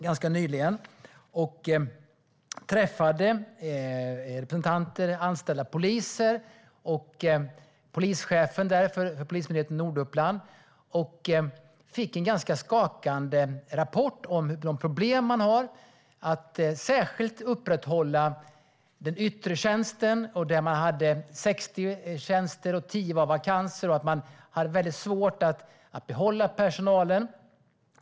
Jag träffade anställda poliser och polischefen för polismyndigheten i Norduppland. Jag fick en ganska skakande rapport om de problem man har, särskilt med att upprätthålla den yttre tjänsten. Man hade 60 tjänster, och 10 var vakanser. Man hade väldigt svårt att behålla personalen.